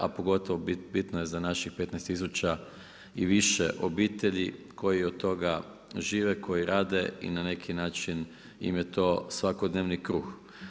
A pogotovo bitno je za naših 15000 i više obitelji koji od toga žive, koji rade i na neki način im je to svakodnevni kruh.